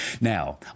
Now